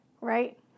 Right